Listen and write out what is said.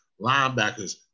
Linebackers